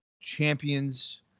champions